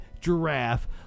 giraffe